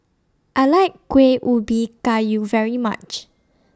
I like Kuih Ubi Kayu very much